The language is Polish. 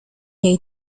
jej